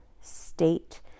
state